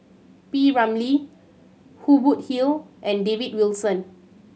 P Ramlee Hubert Hill and David Wilson